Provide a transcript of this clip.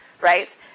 right